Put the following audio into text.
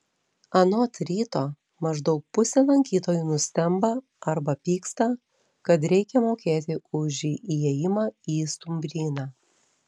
anot ryto maždaug pusė lankytojų nustemba arba pyksta kad reikia mokėti už įėjimą į stumbryną